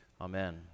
Amen